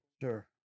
Sure